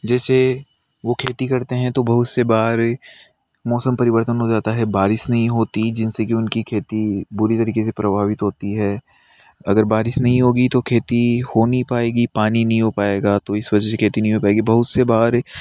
जैसे वो खेती करते हैं तो बहुत से बार मौसम परिवर्तन हो जाता है बारिश नहीं होती जिन से की उन की खेती बुरी तरीके से प्रभावित होती है अगर बारिश नहीं होगी तो खेती हो नहीं पाएगी पानी नहीं हो पाएगा तो इस वजह से खेती नहीं होगी बहुत से बाहर